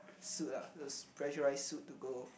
suit lah those pressurize suit to go